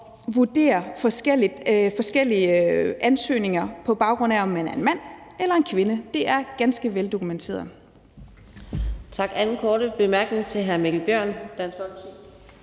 at vurdere ansøgninger forskelligt, på baggrund af om man er en mand eller en kvinde. Det er ganske veldokumenteret.